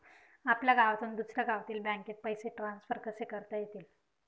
आपल्या गावातून दुसऱ्या गावातील बँकेत पैसे ट्रान्सफर कसे करता येतील?